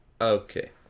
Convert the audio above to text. Okay